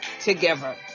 together